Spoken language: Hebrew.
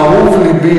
אהוב לבי,